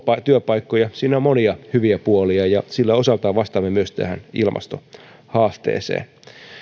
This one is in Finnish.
työpaikkoja siinä on monia hyviä puolia ja sillä osaltaan vastaamme myös tähän ilmastohaasteeseen